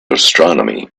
astronomy